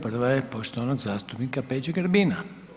Prva je poštovanog zastupnika Peđe Grbina.